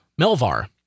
Melvar